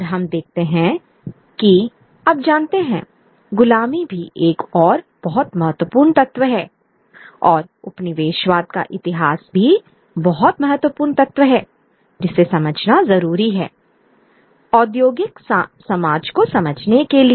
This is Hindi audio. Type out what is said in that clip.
और हम देखते हैं कि आप जानते हैं गुलामी भी एक और बहुत महत्वपूर्ण तत्व है और उपनिवेशवाद का इतिहास भी बहुत महत्वपूर्ण तत्व है जिसे समझना जरूरी है औद्योगिक समाज को समझने के लिए